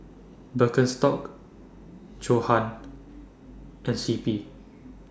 Birkenstock Johan and C P